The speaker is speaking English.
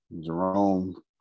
Jerome